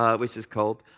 ah which is cold.